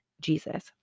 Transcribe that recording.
Jesus